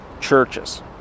churches